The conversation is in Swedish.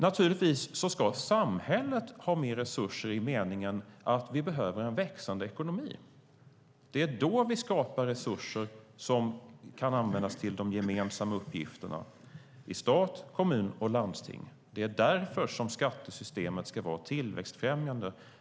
Naturligtvis ska samhället ha mer resurser i meningen att vi behöver en växande ekonomi. Det är då vi skapar resurser som kan användas till de gemensamma uppgifterna i stat, kommun och landsting. Det är därför skattesystemet ska vara tillväxtfrämjande.